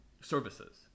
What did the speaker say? services